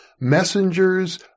Messengers